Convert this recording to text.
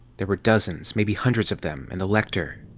there were dozens, maybe hundreds of them in the lector.